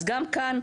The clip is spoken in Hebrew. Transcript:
אז גם כאן,